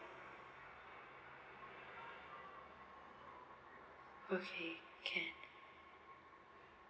okay can